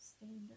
standard